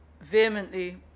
vehemently